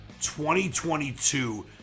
2022